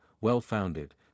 well-founded